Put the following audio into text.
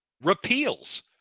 repeals